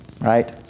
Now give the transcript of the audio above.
right